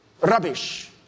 Rubbish